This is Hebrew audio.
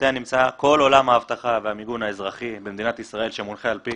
שתחתיה נמצא כל עולם האבטחה והמיגון האזרחי במדינת ישראל שמונחה על פי